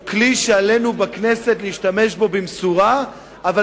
הוא כלי שעלינו להשתמש בו במשורה בכנסת,